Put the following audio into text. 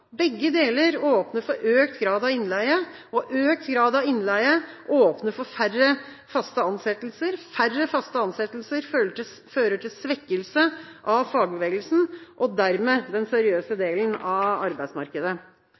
Begge deler åpner for økt grad av innleie, og økt grad av innleie åpner for færre faste ansettelser. Færre faste ansettelser fører til svekkelse av fagbevegelsen og dermed til svekkelse av den seriøse delen av arbeidsmarkedet.